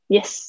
Yes